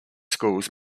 schools